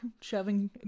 shoving